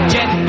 Jet